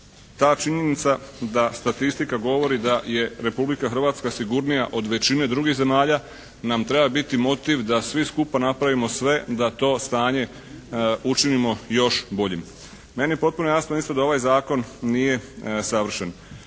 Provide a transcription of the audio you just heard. ta činjenica da statistika govori da je Republika Hrvatska sigurnija od većine drugih zemalja nam treba biti motiv da svi skupa napravimo sve da to stanje učinimo još boljim. Meni je potpuno jasno isto da ovaj Zakon nije savršen.